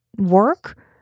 work